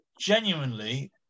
genuinely